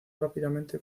rápidamente